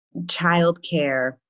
childcare